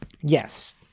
Yes